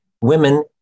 women